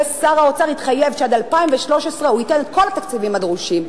ושר האוצר התחייב שעד 2013 הוא ייתן את כל התקציבים הדרושים,